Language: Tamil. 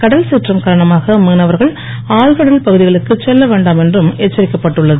கடல் சிற்றம் காரணமாக மீனவர்கள் ஆழ்கடல் பகுதிகளுக்குச் செல்லவேண்டாம் என்றும் எச்சரிக்கப்பட்டு உள்ளது